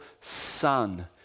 son